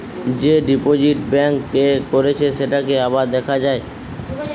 যে deposit bank এ করেছে সেটাকে আবার দেখা যায়